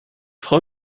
freue